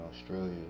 Australia